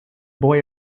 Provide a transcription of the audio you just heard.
boy